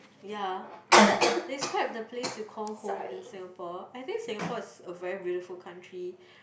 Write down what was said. ya describe the place you call home in Singapore I think Singapore is a very beautiful country